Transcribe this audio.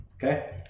Okay